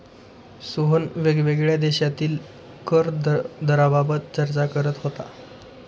सोहन वेगवेगळ्या देशांतील कर दराबाबत चर्चा करत होता